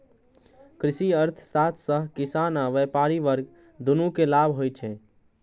कृषि अर्थशास्त्र सं किसान आ व्यापारी वर्ग, दुनू कें लाभ होइ छै